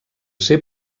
ser